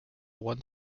won